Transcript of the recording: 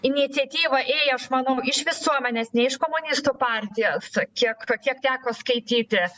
iniciatyva ėjo aš manau iš visuomenės ne iš komunistų partijos kiek kiek teko skaityti